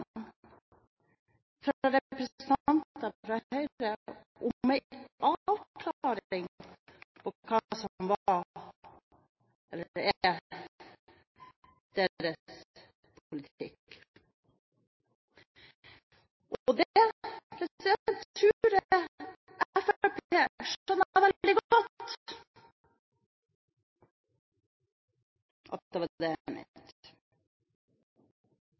fra representanter fra Høyre – om en avklaring på hva som er deres politikk. At det